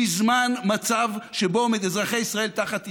בזמן מצב שבו אזרחי ישראל תחת איום,